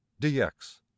dx